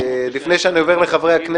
לפני שאני עובר לחברי הכנסת?